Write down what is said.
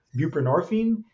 buprenorphine